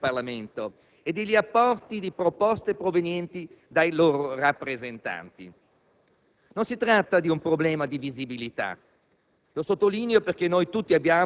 la nozione del vero lavoro del Parlamento e degli apporti di proposte provenienti dai loro rappresentanti. Non si tratta di un problema di visibilità.